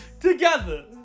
together